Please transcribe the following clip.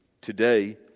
today